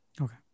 Okay